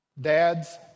Dads